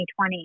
2020